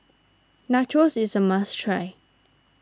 Nachos is a must try